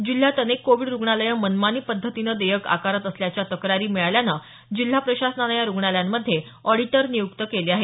जिल्ह्यात अनेक कोविड रुग्णालयं मनमानी पद्धतीनं देयक आकारत असल्याच्या तक्रारी मिळाल्यानं जिल्हा प्रशासनानं या रुग्णालयांमध्ये ऑडीटर नियुक्त केले आहेत